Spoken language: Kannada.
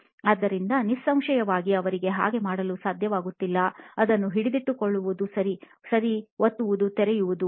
ಆದ್ದರಿಂದ ನಿಸ್ಸಂಶಯವಾಗಿ ಅವರಿಗೆ ಹಾಗೆ ಮಾಡಲು ಸಾಧ್ಯವಾಗಲಿಲ್ಲ ಅದನ್ನು ಹಿಡಿದಿಟ್ಟುಕೊಳ್ಳುವುದು ಅದನ್ನು ಸರಿ ಒತ್ತುವುದು ತೆರೆಯುವುದು